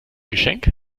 geschenk